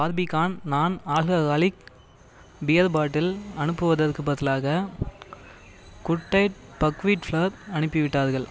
Barbican non alcoholic beer bottle அனுப்புவதற்குப் பதிலாக good tight buckwheat flour அனுப்பிவிட்டார்கள்